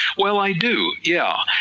well i do, yeah